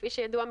כפי שידוע,